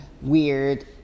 weird